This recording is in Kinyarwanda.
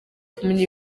kumenya